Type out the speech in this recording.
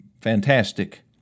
fantastic